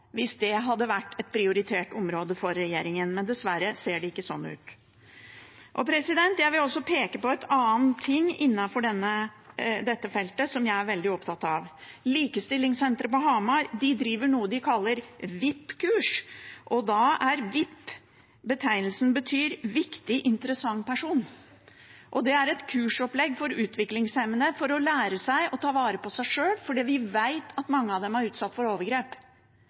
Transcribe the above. hvis det hadde vært et prioritert område for regjeringen, men dessverre ser det ikke sånn ut. Jeg vil også peke på noe annet innenfor dette feltet, som jeg er veldig opptatt av. Likestillingssenteret på Hamar driver noe de kaller VIP-kurs. Da er «VIP» en betegnelse som betyr «viktig, interessant person». Det er et kursopplegg for at utviklingshemmede skal lære å ta vare på seg sjøl, for vi vet at mange av dem er utsatt for overgrep.